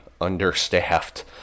understaffed